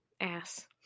Ass